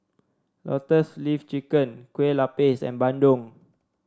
Lotus Leaf Chicken Kue Lupis and bandung